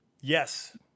Yes